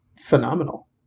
phenomenal